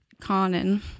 Conan